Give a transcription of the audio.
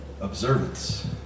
observance